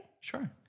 Sure